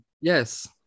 Yes